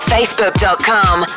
Facebook.com